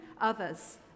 others